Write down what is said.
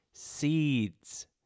seeds